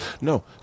No